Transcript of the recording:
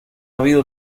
habido